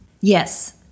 Yes